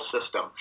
system